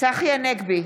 צחי הנגבי,